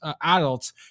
adults